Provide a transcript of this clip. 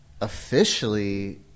officially